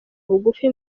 bugufi